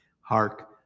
Hark